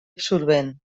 absorbent